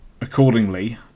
accordingly